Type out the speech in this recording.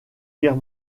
guerre